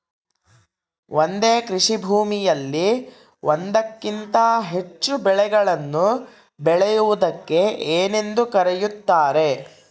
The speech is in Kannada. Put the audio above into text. ಒಂದೇ ಕೃಷಿಭೂಮಿಯಲ್ಲಿ ಒಂದಕ್ಕಿಂತ ಹೆಚ್ಚು ಬೆಳೆಗಳನ್ನು ಬೆಳೆಯುವುದಕ್ಕೆ ಏನೆಂದು ಕರೆಯುತ್ತಾರೆ?